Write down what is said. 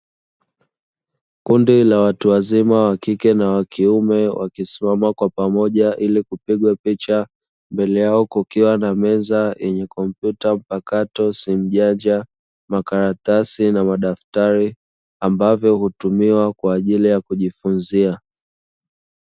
Kundi la watu wazima wa kike na wa kiume wakisimama kwa pamoja ili kupigwa picha mbele yao kukiwa na meza yenye kompyuta mpakato, simu janja, makaratasi na madaftari ambavyo hutumiwa kwa ajili ya kujifunzia.